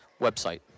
website